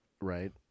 right